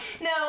no